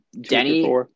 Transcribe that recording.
Denny